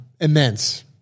immense